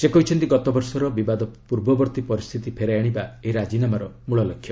ସେ କହିଛନ୍ତି ଗତବର୍ଷର ବିବାଦ ପୂର୍ବବର୍ତ୍ତୀ ପରିସ୍ଥିତି ଫେରାଇ ଆଣିବା ଏହି ରାଜିନାମାର ମୂଳଲକ୍ଷ୍ୟ